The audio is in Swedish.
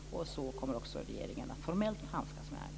Så kommer också regeringen att formellt handskas med ärendet.